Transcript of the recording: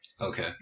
okay